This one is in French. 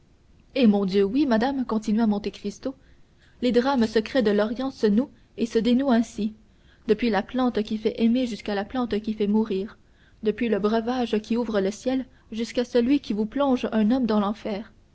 eh mon dieu oui madame continua monte cristo les drames secrets de l'orient se nouent et se dénouent ainsi depuis la plante qui fait aimer jusqu'à la plante qui fait mourir depuis le breuvage qui ouvre le ciel jusqu'à celui qui vous plonge un homme dans l'enfer